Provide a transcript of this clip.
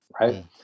right